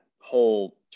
whole